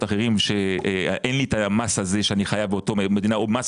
אחרים שאין לי את המס הזה שאני חייב באותה מדינה או מס